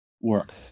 work